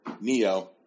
Neo